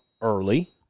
early